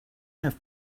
have